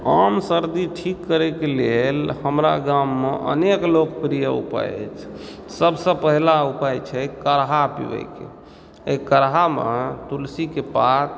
हम सर्दी ठीक करयके लेल हमरा गाममे अनेक लोकप्रिय उपाय अछि सभसँ पहिला उपाय छै काढ़ा पिबयके एहि काढ़ामे तुलसीके पात